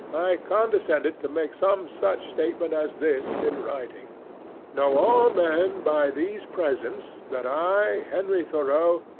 i condescended to make some such statement as this in writing know all men by these presents, that i, henry thoreau,